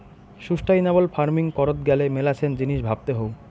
sustainable farming করত গ্যালে মেলাছেন জিনিস ভাবতে হউ